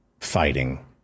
fighting